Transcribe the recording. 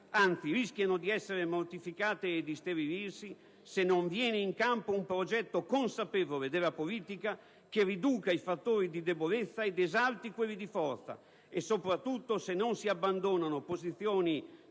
anzi, rischiano di essere mortificate e di isterilirsi se non viene in campo un progetto consapevole della politica che riduca i fattori di debolezza ed esalti quelli di forza, e soprattutto se non si abbandonano posizioni